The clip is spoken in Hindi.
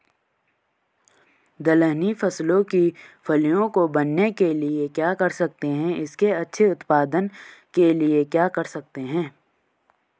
दलहनी फसलों की फलियों को बनने के लिए क्या कर सकते हैं इसके अच्छे उत्पादन के लिए क्या कर सकते हैं?